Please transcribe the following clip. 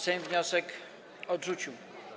Sejm wniosek odrzucił.